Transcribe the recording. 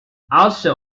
also